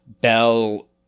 Bell